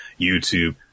YouTube